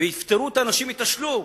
ויפטרו את האנשים מתשלום.